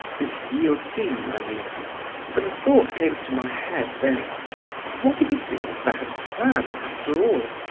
this guillotine i mean but a thought came into my head then what if it be a bad plan after all?